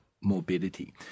morbidity